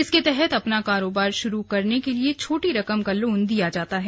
इसके तहत अपना कारोबार शुरू करने के लिए छोटी रकम का लोन दिया जाता है